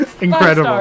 Incredible